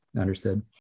Understood